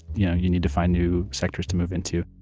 yeah you need to find new sectors to move into